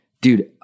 Dude